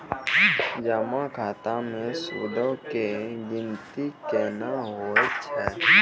जमा खाता मे सूदो के गिनती केना होय छै?